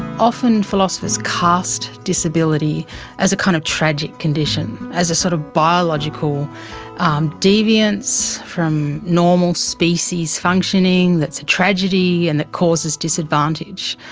often philosophers cast disability as a kind of tragic condition as a sort of biological um deviance from normal species functioning, that's a tragedy and that causes disadvantage.